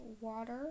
water